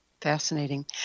Fascinating